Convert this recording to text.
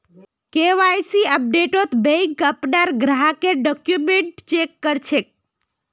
KYC अपडेटत bank अपनार ग्राहकेर डॉक्यूमेंट चेक कर छेक